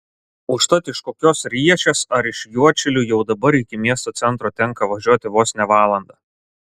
užtat iš kokios riešės ar iš juodšilių jau dabar iki miesto centro tenka važiuoti vos ne valandą